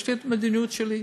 יש לי מדיניות שלי,